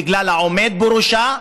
בגלל העומד בראשה,